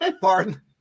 Pardon